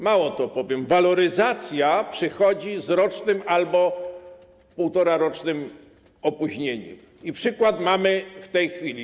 Mało tego, waloryzacja przychodzi z rocznym albo półtorarocznym opóźnieniem i przykład mamy w tej chwili.